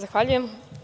Zahvaljujem.